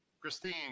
Christine